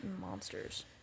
monsters